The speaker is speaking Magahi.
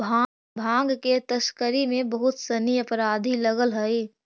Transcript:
भाँग के तस्करी में बहुत सनि अपराधी लगल हइ